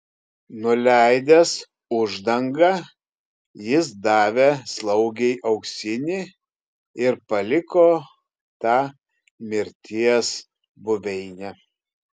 nuleidęs uždangą jis davė slaugei auksinį ir paliko tą mirties buveinę